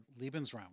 Lebensraum